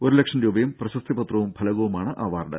ഒരു ലക്ഷം രൂപയും പ്രശസ്തി പത്രവും ഫലകവുമാണ് അവാർഡ്